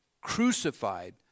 crucified